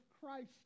Christ